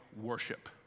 worship